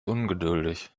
ungeduldig